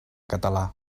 català